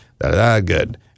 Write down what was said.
Good